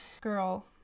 girl